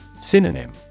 Synonym